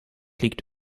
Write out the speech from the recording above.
liegt